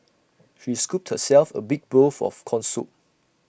she scooped herself A big bowl of Corn Soup